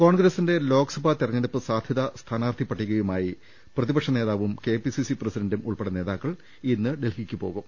കോൺഗ്രസിന്റെ ലോക്സഭാ തെരഞ്ഞെടുപ്പ് സാധ്യ താ സ്ഥാനാർത്ഥി പട്ടികയുമായി പ്രതിപക്ഷിനേതാവും കെപിസിസി പ്രസിഡന്റും ഉൾപ്പെടെ നേതാക്കൾ ഇന്ന് ഡൽഹിക്ക് പോകും